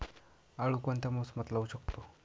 आळू कोणत्या मोसमात लावू शकतो?